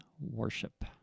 worship